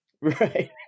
right